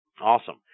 awesome